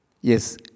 Yes